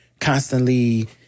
constantly